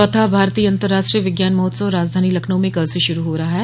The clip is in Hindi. चौथा भारत अतंर्राष्ट्रीय विज्ञान महोत्सव राजधानी लखनऊ में कल से शुरू हो रहा है